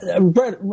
Brett